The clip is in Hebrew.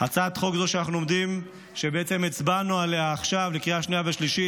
הצעת החוק שהצבענו עליה עכשיו בקריאה שנייה ושלישית,